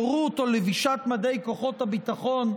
הורות או לבישת מדי כוחות הביטחון,